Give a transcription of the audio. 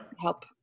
help